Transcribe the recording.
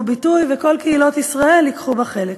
ביטוי וכל קהילות ישראל ייקחו בה חלק.